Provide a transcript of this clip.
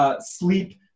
sleep